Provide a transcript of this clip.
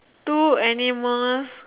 two animals